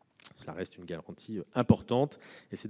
sur support papier. C'est